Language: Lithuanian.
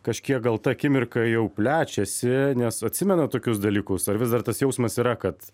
kažkiek gal ta akimirka jau plečiasi nes atsimenat tokius dalykus ar vis dar tas jausmas yra kad